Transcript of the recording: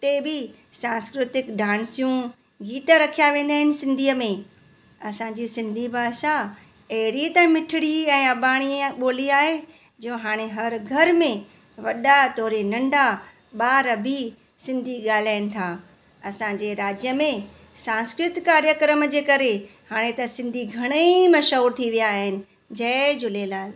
उते बि सांस्कृतिक डांसियूं गीत रखिया वेंदा आहिनि सिंधीअ में असांजी सिंधी भाषा अहिड़ी त मिठिड़ी ऐं अॿाणीअ ॿोली आहे जो हाणे हर घर में वॾा तोड़े नंढा ॿार बि सिंधी ॻाल्हाइनि था असांजे राज्य में सांस्कृतिक कार्यक्रम जे करे हाणे त सिंधी घणेई मशहूर थी विया आहिनि जय झूलेलाल